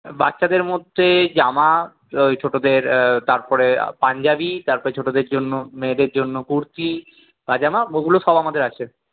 বাচ্চাদের মধ্যে জামা ওই ছোটদের তার পরে পাঞ্জাবি তারপর ছোটদের জন্য মেয়েদের জন্য কুর্তি পাজামা ওগুলো সব আমাদের আছে